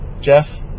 Jeff